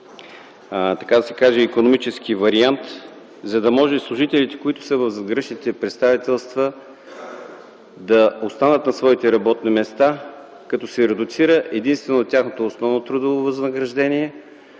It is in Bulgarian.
така да се каже, икономически вариант, за да може служителите, които са в задграничните представителства, да останат на своите работни места като се редуцира единствено от тяхното основно трудово възнаграждение